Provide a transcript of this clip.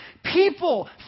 People